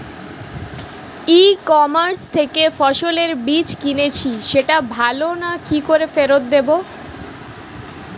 ই commerce থেকে ফসলের বীজ কিনেছি সেটা ভালো না কি করে ফেরত দেব?